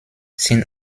sind